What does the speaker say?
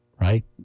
right